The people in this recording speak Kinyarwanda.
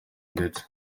ndetse